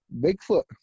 bigfoot